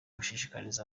gushishikariza